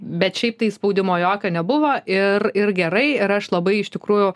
bet šiaip tai spaudimo jokio nebuvo ir ir gerai ir aš labai iš tikrųjų